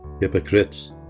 hypocrites